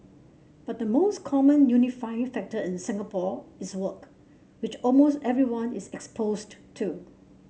but the most common unifying factor in Singapore is work which almost everyone is exposed to